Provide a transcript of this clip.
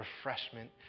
refreshment